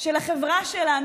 של החברה שלנו,